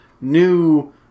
new